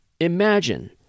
Imagine